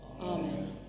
Amen